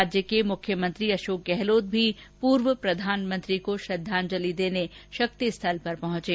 राज्य के मुख्यमंत्री अशोक गहलोत भी पूर्व प्रधानमंत्री को श्रद्वांजलि देने शक्ति स्थल पहुंचे